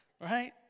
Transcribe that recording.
Right